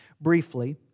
briefly